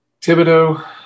Thibodeau